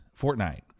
Fortnite